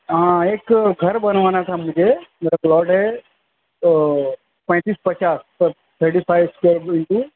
ہاں ایک گھر بنوانا تھا مجھے میرا پلاٹ ہے تو پینیتس پچاس تھرٹی فائیو اسکوائر انٹو